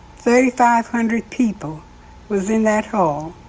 thirty-five hundred people was in that hall.